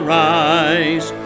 rise